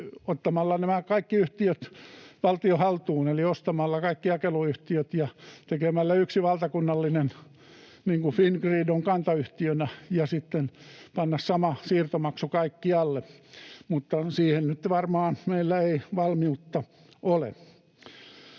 ottaa nämä kaikki yhtiöt valtion haltuun eli ostaa kaikki jakeluyhtiöt ja tehdä yksi valtakunnallinen, niin kuin Fingrid on kantayhtiönä, ja sitten panna sama siirtomaksu kaikkialle. Mutta siihen nyt varmaan meillä ei valmiutta ole.